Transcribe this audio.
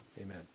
Amen